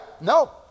No